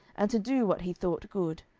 and to do what he thought good.